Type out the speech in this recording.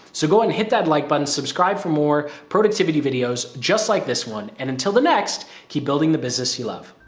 so go ahead and hit that like button subscribe for more productivity videos, just like this one. and until the next key building the business, you love.